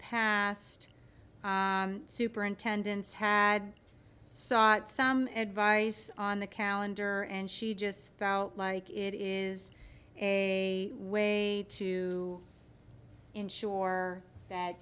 past superintendents had sought some advice on the calendar and she just about like it is a way to ensure that